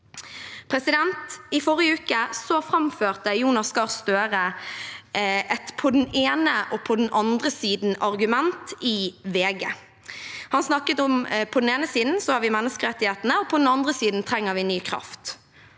I forrige uke framførte Jonas Gahr Støre et «på den ene og på den andre siden»-argument i VG. Han snakket om at vi på den ene siden har menneskerettighetene, og at vi på den andre siden trenger ny kraft.